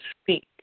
speak